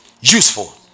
Useful